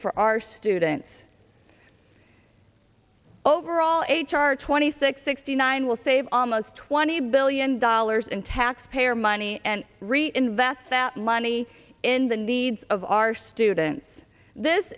for our students overall h r twenty six sixty nine will save almost twenty billion dollars in taxpayer money and reinvest that money in the needs of our students this